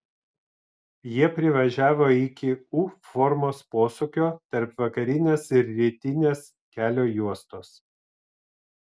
jie privažiavo iki u formos posūkio tarp vakarinės ir rytinės kelio juostos